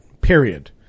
period